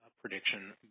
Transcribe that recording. prediction